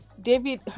david